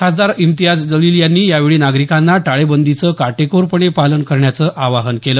खासदार इम्तियाज जलील यांनी यावेळी नागरिकांना टाळेबंदीचं काटेकोरपणे पालन करण्याचं आवाहन केलं